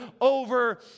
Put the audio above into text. over